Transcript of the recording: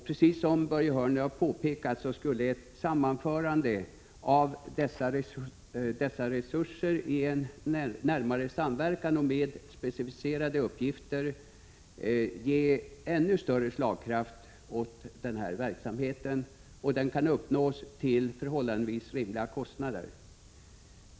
Precis som Börje Hörnlund påpekade skulle ett sammanförande av dessa resurser till en närmare samverkan och med specificerade uppgifter ge ännu större slagkraft åt denna verksamhet. Detta kan uppnås till förhållandevis rimliga kostnader.